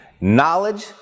knowledge